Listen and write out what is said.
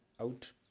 out